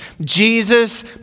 Jesus